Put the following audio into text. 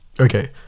okay